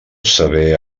saber